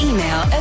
Email